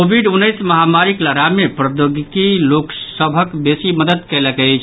Covid उन्नैस महामारीक लड़ाई मे प्रौद्योगिकी लोक सभक बेसी मददि कलयक अछि